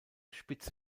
spitze